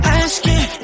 asking